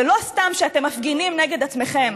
ולא סתם אתם מפגינים נגד עצמכם.